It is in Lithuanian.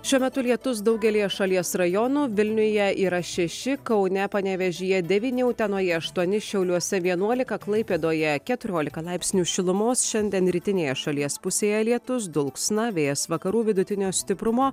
šiuo metu lietus daugelyje šalies rajonų vilniuje yra šeši kaune panevėžyje devyni utenoje aštuoni šiauliuose vienuolika klaipėdoje keturiolika laipsnių šilumos šiandien rytinėje šalies pusėje lietus dulksna vėjas vakarų vidutinio stiprumo